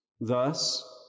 Thus